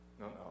No